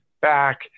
back